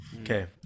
Okay